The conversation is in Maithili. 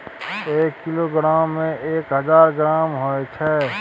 एक किलोग्राम में एक हजार ग्राम होय छै